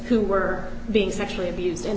who were being sexually abused and